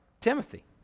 Timothy